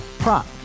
Prop